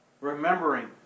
remembering